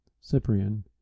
Cyprian